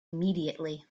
immediately